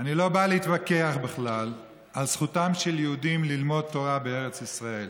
אני לא בא להתווכח בכלל על זכותם של יהודים ללמוד תורה בארץ ישראל.